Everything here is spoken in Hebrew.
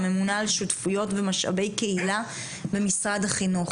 ממונה על שותפויות ומשאבי קהילה במשרד החינוך.